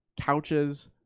Couches